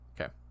Okay